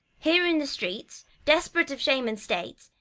here in the streets, desperate of shame and state,